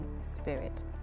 Spirit